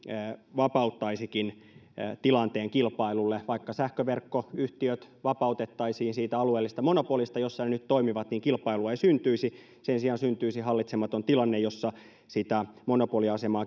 vapauttaisikin tilanteen kilpailulle vaikka sähköverkkoyhtiöt vapautettaisiin siitä alueellisesta monopolista jossa ne nyt toimivat niin kilpailua ei syntyisi sen sijaan syntyisi hallitsematon tilanne jossa sitä monopoliasemaa